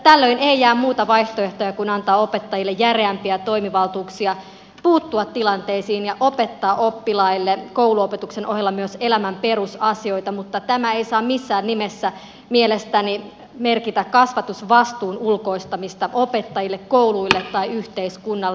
tällöin ei jää muita vaihtoehtoja kuin antaa opettajille järeämpiä toimivaltuuksia puuttua tilanteisiin ja opettaa oppilaille kouluopetuksen ohella myös elämän perusasioita mutta tämä ei saa missään nimessä mielestäni merkitä kasvatusvastuun ulkoistamista opettajille kouluille tai yhteiskunnalle